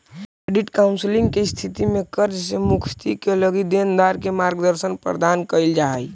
credit counselling के स्थिति में कर्ज से मुक्ति क लगी देनदार के मार्गदर्शन प्रदान कईल जा हई